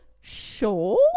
sure